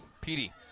Petey